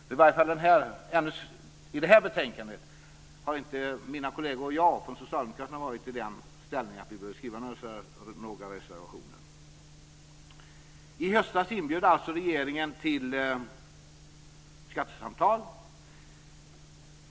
I fråga om det här betänkandet har inte mina socialdemokratiska kolleger och jag varit i det läget att vi behövt skriva reservationer. I höstas inbjöd alltså regeringen till skattesamtal.